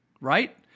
Right